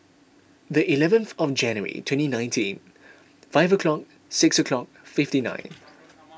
the eleventh of January twenty nineteen five o'clock six o'clock fifty nine